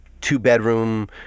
two-bedroom